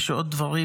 יש עוד דברים.